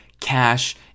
cash